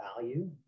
value